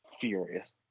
furious